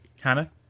hannah